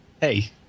Hey